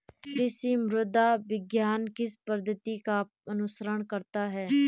कृषि मृदा विज्ञान किस पद्धति का अनुसरण करता है?